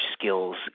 skills